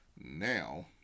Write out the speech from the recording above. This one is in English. now